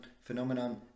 Phenomenon